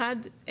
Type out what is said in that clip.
אחד,